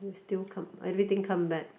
you still come everything come back